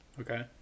Okay